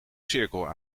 cirkel